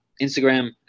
Instagram